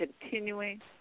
continuing